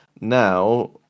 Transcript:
now